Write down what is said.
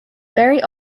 very